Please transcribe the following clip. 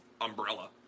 umbrella